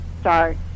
start